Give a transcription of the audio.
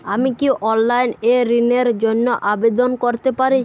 আমি কি অনলাইন এ ঋণ র জন্য আবেদন করতে পারি?